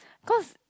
cause